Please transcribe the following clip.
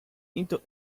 into